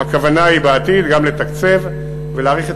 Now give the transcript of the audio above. הכוונה היא בעתיד גם לתקצב ולהאריך את